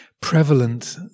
prevalent